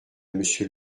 monsieur